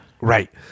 Right